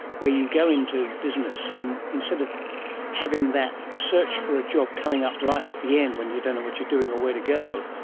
where you go into business, and instead of having that search for a job coming up right at the end when you don't know what you're doing or where to go,